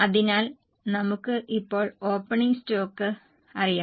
അതിനാൽ നമുക്ക് ഇപ്പോൾ ഓപ്പണിംഗ് സ്റ്റോക്ക് അറിയാം